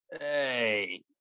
Hey